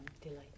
Delight